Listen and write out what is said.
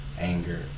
anger